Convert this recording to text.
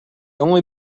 only